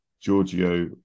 Giorgio